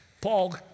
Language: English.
Paul